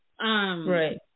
right